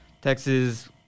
Texas